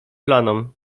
planom